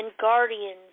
guardians